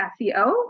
SEO